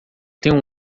tenho